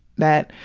that,